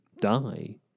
die